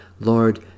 Lord